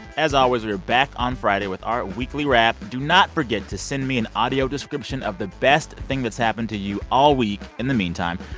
as always, we're back on friday with our weekly wrap. do not forget to send me an audio description of the best thing that's happened to you all week in the meantime.